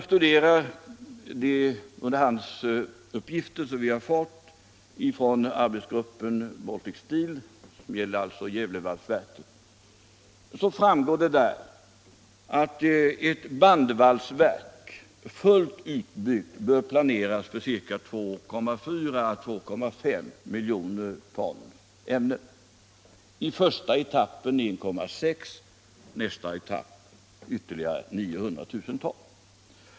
Studerar man underhandsuppgifter som vi har fått från arbetsgruppen som gäller Gävlevalsverket framgår det att ett bandvalsverk, fullt utbyggt, bör planeras för 2,4 å 2,5 miljoner ton ämnen -— i den första etappen 1,6 miljoner ton och i nästa ytterligare 0,9 miljoner ton.